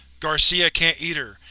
garcia can't either,